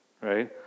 right